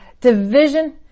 division